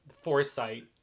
foresight